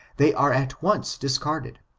they are at once discarded.